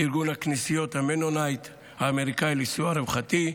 ארגון הכנסיות המנוניטי האמריקאי לסיוע רווחתי,